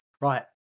Right